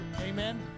Amen